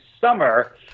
summer